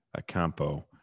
acampo